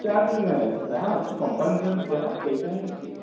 ଚାର୍ଜରେ ନାହିଁ ଯାହା ଅଛି କମ୍ପାନୀ ରେଟ୍ ଯାହା ସେଇଟା ହିଁ ଫିକ୍ସ୍